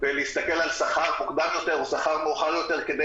להסתכל על שכר מוקדם יותר או על שכר מאוחר יותר כדי